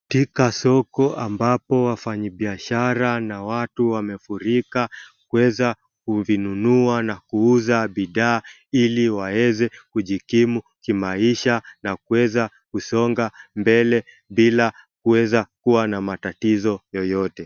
Katika soko ambapo wafanyi biashara na watu wamefurika, kuweza kuvinunua na kuuza bidhaa ili waweze kujikimu kimaisha na kuweza kusonga mbele bila kuweza kuwa na matatizo yoyote.